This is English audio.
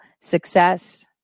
success